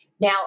Now